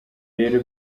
rero